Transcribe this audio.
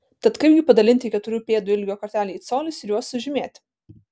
tad kaipgi padalinti keturių pėdų ilgio kartelę į colius ir juos sužymėti